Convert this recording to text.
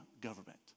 government